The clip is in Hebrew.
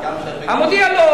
"המודיע" לא.